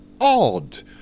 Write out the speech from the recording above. odd